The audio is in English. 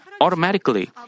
automatically